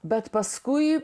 bet paskui